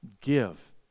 give